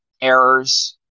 errors